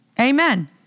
Amen